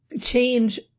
change